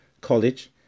College